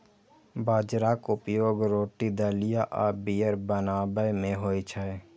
बाजराक उपयोग रोटी, दलिया आ बीयर बनाबै मे होइ छै